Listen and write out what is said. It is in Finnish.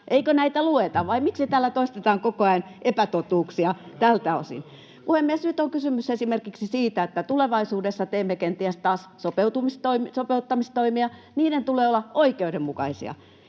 Eikö näitä lueta, vai miksi täällä toistetaan koko ajan epätotuuksia tältä osin? [Tere Sammallahden välihuuto] Puhemies! Nyt on kysymys esimerkiksi siitä, että tulevaisuudessa teemme kenties taas sopeuttamistoimia. Niiden tulee olla oikeudenmukaisia.